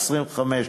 25,